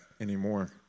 anymore